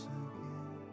again